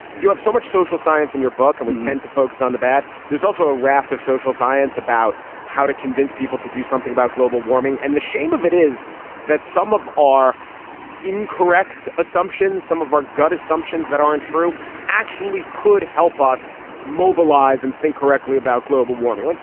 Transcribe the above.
you have so much social science in your book and we tend to focus on the bad. there's also a raft of social science about how to convince people to do something about global warming. and the shame of it is that some of our incorrect assumptions, some of our gut assumptions that aren't true actually could help us mobilize and think correctly about global warming. like